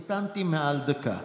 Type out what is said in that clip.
המתנתי מעל דקה.